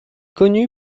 connu